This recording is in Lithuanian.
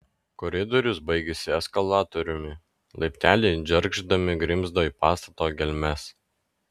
koridorius baigėsi eskalatoriumi laipteliai džergždami grimzdo į pastato gelmes